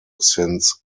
since